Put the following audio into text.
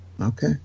Okay